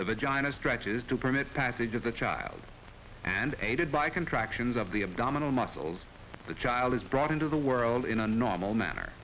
the jainas stretches to permit passage of the child and aided by contractions of the abdominal muscles the child is brought into the world in a normal manner